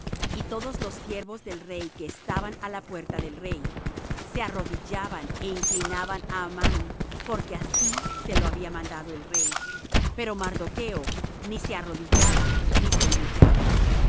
y todos los siervos del rey que estaban á la puerta del rey se arrodillaban é inclinaban á amán porque así se lo había mandado el rey pero mardocho ni se orrodillaba ni se humillaba